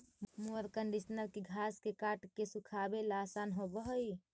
mower conditioner के घास के काट के सुखावे ला आसान होवऽ हई